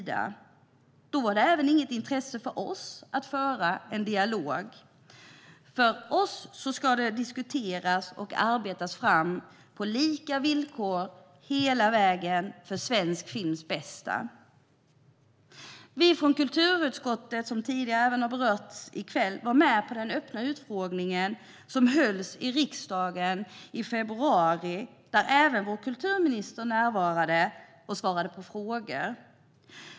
Då var det inte heller något intresse för oss att föra en dialog. För oss är det viktigt att det ska diskuteras och arbetas fram på lika villkor hela vägen för svensk films bästa. Som tidigare har berörts här i kväll var vi från kulturutskottet med på den öppna utfrågning som hölls i riksdagen i februari där även vår kulturminister närvarade och svarade på frågor.